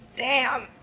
damn!